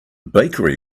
bakery